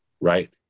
right